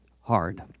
hard